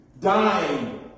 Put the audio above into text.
dying